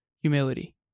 humility